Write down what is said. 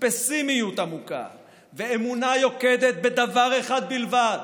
ופסימיות עמוקה ואמונה יוקדת בדבר אחד בלבד,